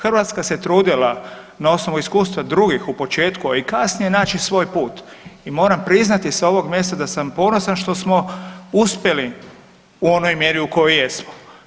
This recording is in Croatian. Hrvatska se trudila na osnovu iskustva drugih u početku, a i kasnije naći svoj put i moram priznati sa ovog mjesta da sam ponosan što smo uspjeli u onoj mjeri u kojoj jesmo.